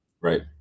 Right